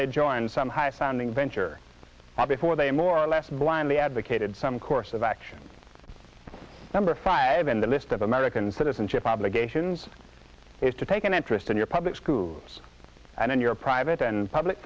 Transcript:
they joined some high sounding venture before they more or less blindly advocated some course of action number five in the list of american citizenship obligations is to take an interest in your public schools and in your private and public